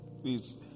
Please